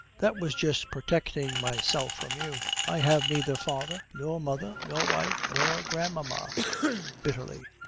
that was just protecting myself from you. i have neither father nor mother nor wife nor grandmama bitterly,